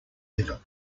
liver